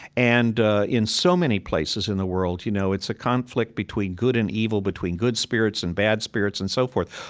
and in so many places in the world, you know, it's a conflict between good and evil, between good spirits and bad spirits, and so forth.